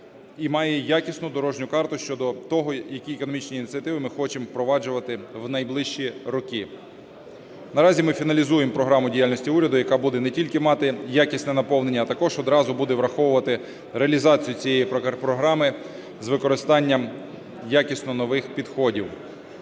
і має якісну дорожню карту щодо того, які економічні ініціативи ми хочемо впроваджувати в найближчі роки. Наразі ми фіналізуємо програму діяльності уряду, яка буде не тільки мати якісне наповнення, а також одразу буде враховувати реалізацію цієї програми з використанням якісно нових підходів.